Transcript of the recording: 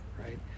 right